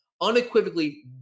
unequivocally